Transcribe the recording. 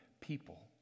people